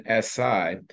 SI